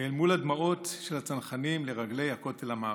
ואל מול הדמעות של הצנחנים לרגלי הכותל המערבי.